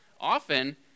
often